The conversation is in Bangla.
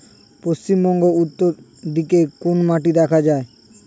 পশ্চিমবঙ্গ উত্তর দিকে কোন মাটি দেখা যায়?